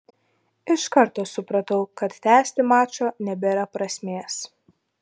iš karto supratau kad tęsti mačo nebėra prasmės